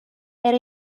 era